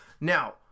Now